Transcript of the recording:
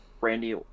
Randy